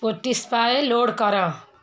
Spotify load କର